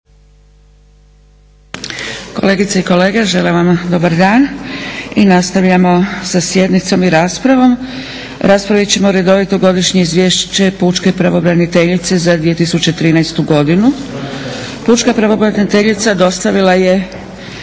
Kolegice i kolege želim vam dobar dan i nastavljamo sa sjednicom i raspravom. Raspravit ćemo - Redovito godišnje izvješće pučke pravobraniteljice za 2013. godinu Pučka pravobraniteljica dostavila je